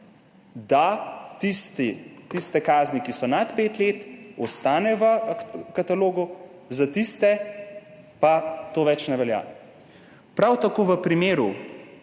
da tiste kazni, ki so nad pet let, ostanejo v katalogu, za tiste pa to več ne velja. Prav tako v primeru,